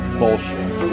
bullshit